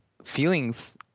Feelings